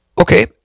Okay